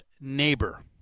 Neighbor